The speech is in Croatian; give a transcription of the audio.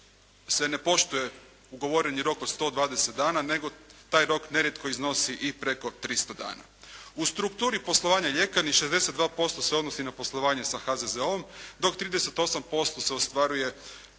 se ne poštuje ugovoreni rok od 120 dana, nego taj rok nerijetko iznosi i preko 300 dana. U strukturi poslovanja ljekarni 62% se odnosi na poslovanje sa HZZ-om, dok 38% se ostvaruje